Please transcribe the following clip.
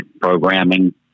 programming